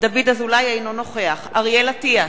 אינו נוכח אריאל אטיאס,